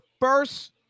first